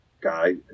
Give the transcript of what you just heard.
guy